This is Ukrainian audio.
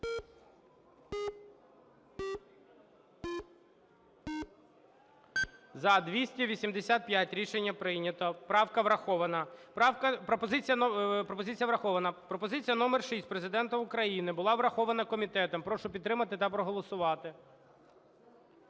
За-285 Рішення прийнято. Правка врахована. Пропозиція врахована. Пропозиція номер шість Президента України. Була врахована комітетом. Прошу підтримати та проголосувати.